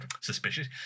suspicious